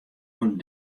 oan